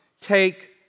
take